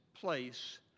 place